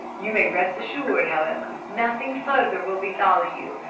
you may rest assured, however, nothing further will befall you,